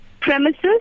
premises